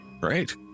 Great